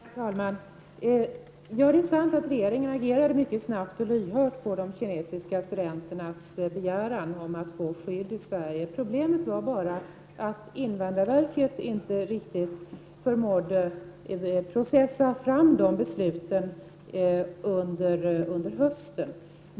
Herr talman! Det är sant att regeringen reagerade snabbt och lyhört på de kinesiska studenternas begäran om att få skydd i Sverige. Problemet var bara att invandrarverket inte riktigt förmådde få fram besluten under hösten.